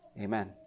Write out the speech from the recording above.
Amen